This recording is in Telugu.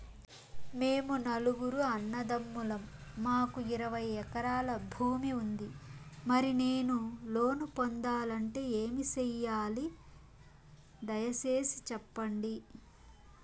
మేము నలుగురు అన్నదమ్ములం మాకు ఇరవై ఎకరాల భూమి ఉంది, మరి నేను లోను పొందాలంటే ఏమి సెయ్యాలి? దయసేసి సెప్పండి?